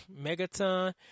Megaton